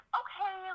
okay